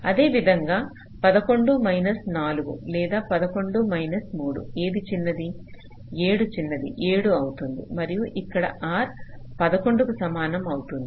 అదేవిధంగా 11 మైనస్ 4 లేదా 11 మైనస్ 3 ఏది చిన్నది 7 చిన్నది 7 అవుతుంది మరియు ఇక్కడ R 11 కు సమానం వస్తుంది